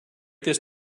this